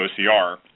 OCR